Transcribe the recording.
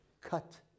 cut